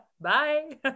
Bye